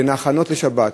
בין ההכנות לשבת,